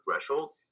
threshold